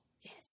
Yes